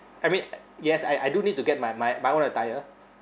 I mean yes I I do need to get my my my one attire